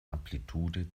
amplitude